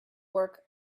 work